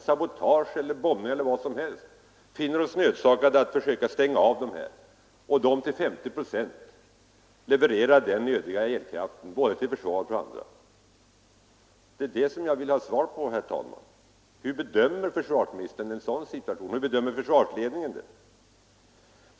sabotage, bombning eller vad som helst finner oss nödsakade att stänga av kärnkraftverken och de till 50 procent levererar den nödiga elkraften både till försvaret och till samhället i övrigt? Det vill jag ha svar på. Hur bedömer försvarsministern och hur bedömer försvarsledningen en sådan situation?